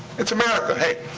it's america. hey,